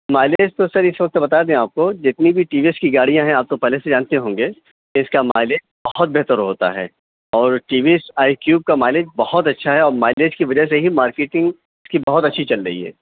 mileage تو sir اس وقت بتا دیں آپ کو جتنی بھی ٹی وی ایس کی گاڑیاں ہیں آپ تو پہلے سے ہی جانتے ہوں گے کہ اس کا مائلیج بہت بہتر ہوتا ہے اور T V S iQube کا مائلیج بہت اچھا ہے اور مائلیج کی وجہ سے ہی مارکیٹنگ اس کی بہت اچھی چل رہی ہے